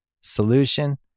solution